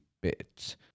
bit